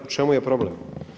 U čemu je problem?